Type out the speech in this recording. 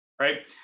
Right